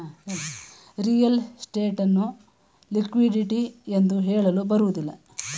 real estate ಅನ್ನು liquidity ಎಂದು ಹೇಳಲು ಬರುವುದಿಲ್ಲ